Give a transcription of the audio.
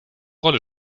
rolle